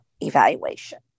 evaluation